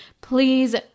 please